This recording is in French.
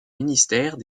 ministère